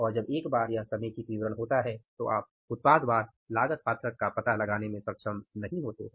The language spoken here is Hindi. और जब एक बार यह समेकित विवरण होता है तो आप उत्पादवार लागत पत्रक का पता लगाने में सक्षम नहीं होते हैं